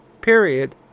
period